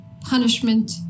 punishment